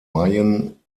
mayen